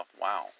wow